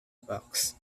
box